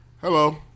Hello